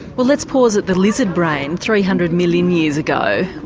well let's pause at the lizard brain three hundred million years ago,